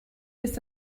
ist